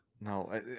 no